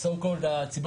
קורות בקרב הציבור